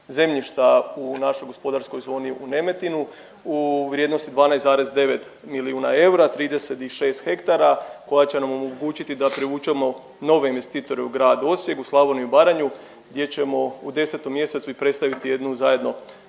zemljišta u našoj gospodarskoj zoni u Nemetinu u vrijednosti 12,9 milijuna eura, 36 hektara koji će nam omogućiti da privučemo nove investitore u grad Osijek, u Slavoniju i Baranju, gdje ćemo u 10. mj. predstaviti jednu zajedno